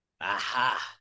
aha